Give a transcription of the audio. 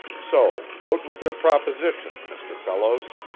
so out with your proposition, mr. fellows.